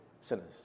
sinners